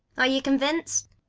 are you convinced?